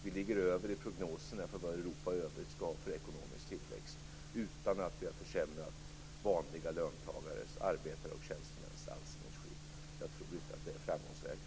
Vi ligger över prognoserna för vad Europa i övrigt skall ha för ekonomisk tillväxt utan att vi har försämrat vanliga löntagares - arbetares och tjänstemäns - anställningsskydd. Jag tror inte att det är framgångsvägen.